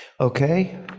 okay